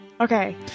okay